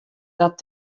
dat